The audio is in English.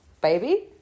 baby